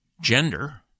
gender